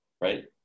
right